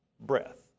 breath